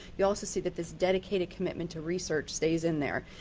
you also see but this dedicated commitment to research stays in there.